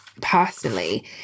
personally